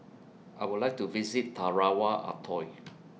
I Would like to visit Tarawa Atoll